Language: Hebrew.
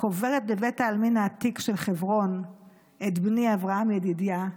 קוברת בבית העלמין העתיק של חברון את בני אברהם ידידיה,